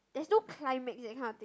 that's no climate that kind of thing